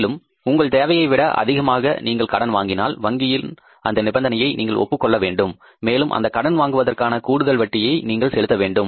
மேலும் உங்கள் தேவையை விட அதிகமாக நீங்கள் கடன் வாங்கினால் வங்கியின் அந்த நிபந்தனையை நீங்கள் ஒப்புக் கொள்ள வேண்டும் மேலும் அந்த கடன் வாங்குவதற்கான கூடுதல் வட்டியை நீங்கள் செலுத்த வேண்டும்